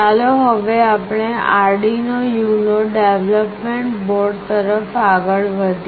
ચાલો હવે આપણે આર્ડિનો UNO ડેવલપમેન્ટ બોર્ડ તરફ આગળ વધીએ